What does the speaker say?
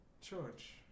George